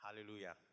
Hallelujah